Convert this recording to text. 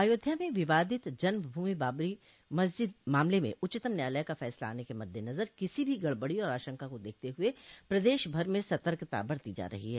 अयोध्या में विवादित रामजन्म भूमि बाबरी मस्जिद मामले में उच्चतम न्यायालय का फैसला आने के मद्देनजर किसी भी गड़बड़ी और आशंका को देखते हुए प्रदेश भर में सतर्कता बरती जा रही है